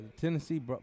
Tennessee